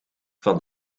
van